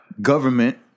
government